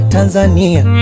Tanzania